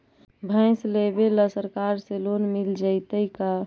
भैंस लेबे ल सरकार से लोन मिल जइतै का?